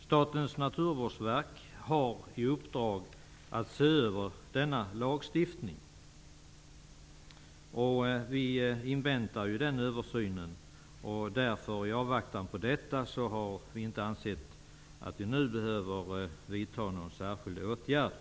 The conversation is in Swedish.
Statens naturvårdsverk har i uppdrag att se över denna lagstiftning. Vi inväntar den översynen. I avvaktan på denna har vi inte ansett att vi nu behöver vidta någon särskild åtgärd.